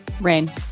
rain